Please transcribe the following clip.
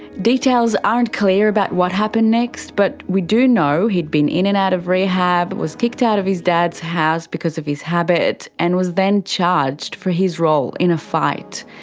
details aren't clear about what happened next, but we do know he'd been in and out of rehab, was kicked out of his dad's house because of his habit and was then charged for his role in a fight.